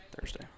Thursday